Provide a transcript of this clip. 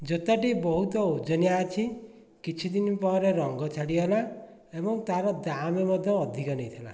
ଜୋତାଟି ବହୁତ ଓଜନିଆ ଅଛି କିଛି ଦିନ ପରେ ରଙ୍ଗ ଛାଡ଼ିଗଲା ଏବଂ ତାର ଦାମ ମଧ୍ୟ ଅଧିକ ନେଇଥିଲା